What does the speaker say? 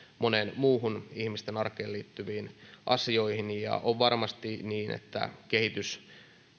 moniin muihin ihmisten arkeen liittyviin asioihin on varmasti niin että kehitys